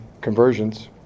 conversions